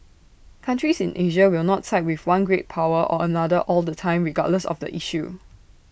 countries in Asia will not side with one great power or another all the time regardless of the issue